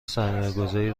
سرمایهگذاری